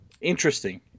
interesting